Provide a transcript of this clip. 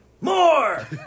more